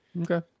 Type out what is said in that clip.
Okay